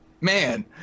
Man